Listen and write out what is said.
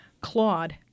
Claude